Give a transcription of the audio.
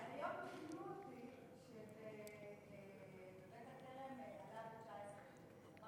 היום תיקנו אותי שבבית-הכרם עלה 19 שקל.